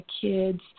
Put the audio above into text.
kids